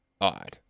odd